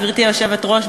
גברתי היושבת-ראש,